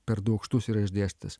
per du aukštus yra išdėstytas